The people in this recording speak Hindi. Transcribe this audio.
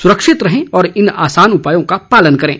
सुरक्षित रहें और इन आसान उपायों का पालन करें